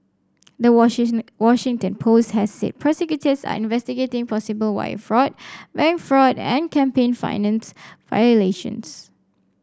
the Washington Post has said prosecutors are investigating possible wire fraud bank fraud and campaign finance violations